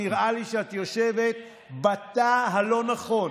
נראה לי שאת יושבת בתא הלא-נכון,